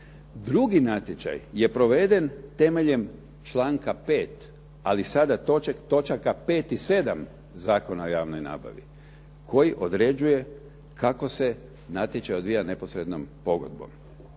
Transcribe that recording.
Drugi natječaj je proveden temeljem članka 5. ali sada točaka 5. i 7. Zakona o javnoj nabavi koji određuje kako se natječaj odvija neposrednom pogodbom.